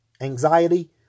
anxiety